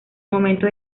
momento